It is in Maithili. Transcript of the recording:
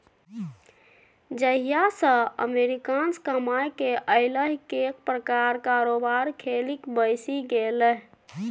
जहिया सँ अमेरिकासँ कमाकेँ अयलाह कैक प्रकारक कारोबार खेलिक बैसि गेलाह